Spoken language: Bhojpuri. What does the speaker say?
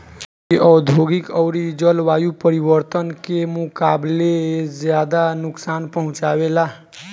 इ औधोगिक अउरी जलवायु परिवर्तन के मुकाबले ज्यादा नुकसान पहुँचावे ला